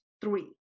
Three